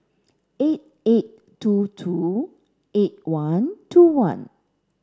eight eight two two eight one two one